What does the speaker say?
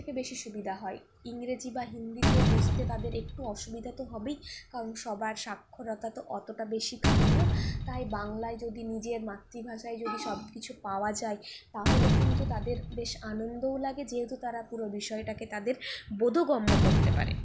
সব থেকে বেশি সুবিধা হয় ইংরাজি বা হিন্দিতে বুঝতে তাদের একটু অসুবিধা তো হবেই কারণ সবার সাক্ষরতা তো অতটা বেশি থাকে না তাই বাংলায় যদি নিজের মাতৃভাষায় যদি সব কিছু পাওয়া যায় তাহলে কিন্তু তাদের বেশ আনন্দও লাগে যেহেতু তারা পুরো বিষয়টাকে তাদের বোধগম্য করতে পারে